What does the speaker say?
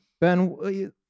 Ben